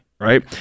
right